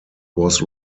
was